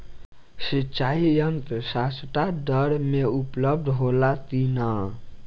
सिंचाई यंत्र सस्ता दर में उपलब्ध होला कि न?